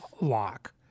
lock